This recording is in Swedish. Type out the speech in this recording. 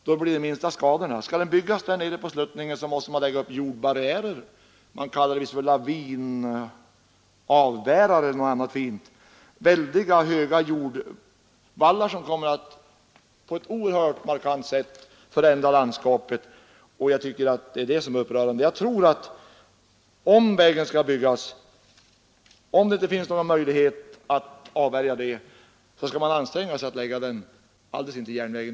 Då blir skadorna minst. Skall vägen byggas nere på sluttningen måste man lägga upp jordbarriärer, som man visst kallar för lavinavbärare eller någonting sådant fint. Det blir höga jordvallar som på ett markant sätt kommer att förändra landskapet. Det är det som är upprörande. Om det inte finns någon möjlighet att avvärja detta vägbygge, tror jag att man måste försöka lägga vägen alldeles intill järnvägen.